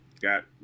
Got